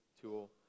tool